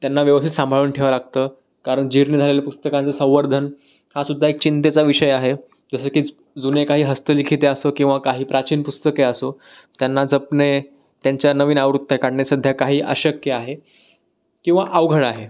त्यांना व्यवस्थित सांभाळून ठेवावं लागतं कारण जीर्ण झालेल्या पुस्तकांचं संवर्धन हासुद्धा एक चिंतेचा विषय आहे जसे की जुने काही हस्तलिखिते असो किंवा काही प्राचीन पुस्तके असो त्यांना जपणे त्यांच्या नवीन आवृत्त्या काढणे सध्या काही अशक्य आहे किंवा अवघड आहे